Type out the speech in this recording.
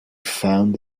found